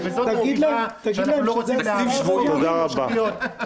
וזאת הסיבה שאנחנו לא רוצים --- אנחנו רוצים